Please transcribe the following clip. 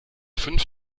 fünf